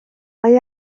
mae